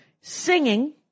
singing